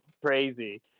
crazy